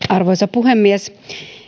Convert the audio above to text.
arvoisa puhemies